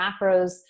macros